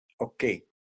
okay